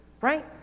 right